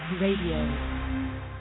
Radio